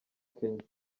kenya